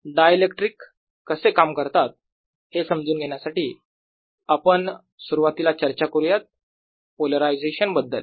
dielectric कसे काम करतात हे समजून घेण्यासाठी आपण सुरुवातीला चर्चा करुयात पोलरायझेशन बद्दल